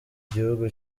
gihugu